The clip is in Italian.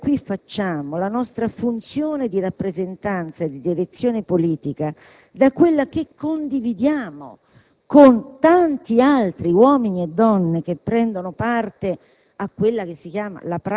Io credo - voglio essere molto chiara su questo aspetto parlando per il mio Gruppo politico - che sarebbe sbagliato se noi pensassimo (c'è qualcuno che lo pensa, troppi lo pensano)